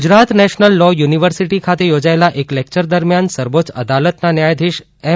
Shah Gujarat national law university ખાતે યોજાયેલા એક લેકચર દરમ્યાન સર્વોચ્ય અદાલતના ન્યાયધિશ એમ